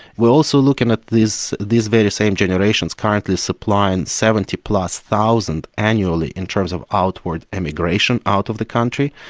we're also looking at these these very same generations currently supplying seventy plus thousand annually in terms of outward emigration out of the country.